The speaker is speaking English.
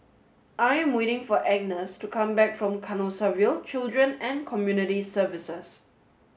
I'm waiting for Agnes to come back from Canossaville Children and Community Services